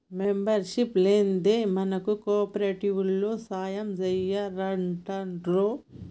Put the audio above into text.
membership లేందే మనకు కోఆపరేటివోల్లు సాయంజెయ్యరటరోయ్